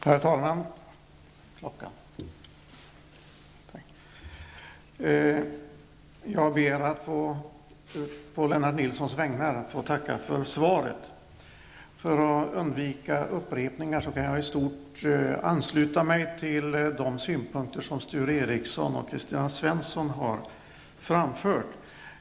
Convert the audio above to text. Herr talman! På Lennart Nilssons vägnar ber jag att få tacka för svaret. För att undvika upprepningar kan jag i stort ansluta mig till de synpunkter som Sture Ericson och Kristina Svensson har framfört.